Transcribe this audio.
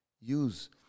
use